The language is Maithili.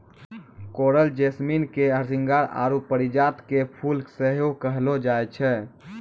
कोरल जैसमिन के हरसिंहार आरु परिजात के फुल सेहो कहलो जाय छै